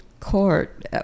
court